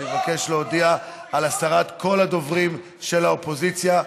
אני מבקש להודיע על הסרת כל הדוברים של האופוזיציה.